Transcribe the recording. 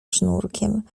sznurkiem